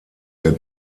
der